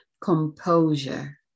composure